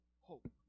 hope